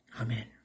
Amen